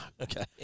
Okay